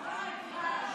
תרדי מהדוכן.